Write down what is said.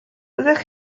fyddech